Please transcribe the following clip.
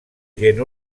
gent